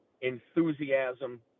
enthusiasm